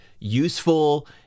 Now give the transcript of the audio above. useful